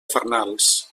farnals